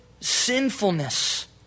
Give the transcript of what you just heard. sinfulness